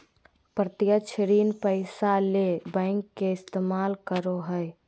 प्रत्यक्ष ऋण पैसा ले बैंक के इस्तमाल करो हइ